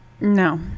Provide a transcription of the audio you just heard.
no